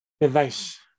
Advice